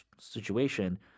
situation